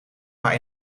maar